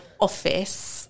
office